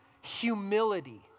humility